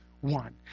one